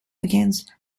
against